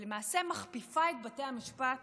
ולמעשה מכפיפה את בתי המשפט